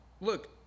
Look